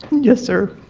yes, sir.